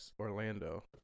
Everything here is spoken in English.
Orlando